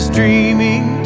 dreaming